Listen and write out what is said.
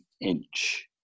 inch